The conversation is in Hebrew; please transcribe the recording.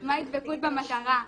--- מה היא דבקות במטרה,